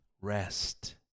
rest